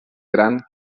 gran